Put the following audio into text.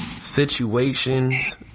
Situations